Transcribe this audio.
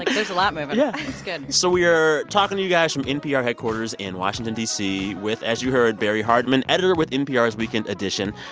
there's a lot moving yeah it's good so we're talking to guys from npr headquarters in washington, d c, with as you heard barrie hardymon, editor with npr's weekend edition.